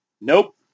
Nope